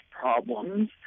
problems